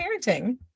parenting